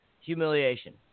humiliation